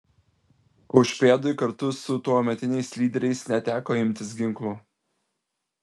kaušpėdui kartu su tuometiniais lyderiais neteko imtis ginklų